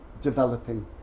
developing